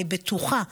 אני בטוחה.